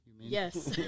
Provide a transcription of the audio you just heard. Yes